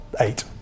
eight